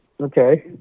Okay